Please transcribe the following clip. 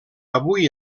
avui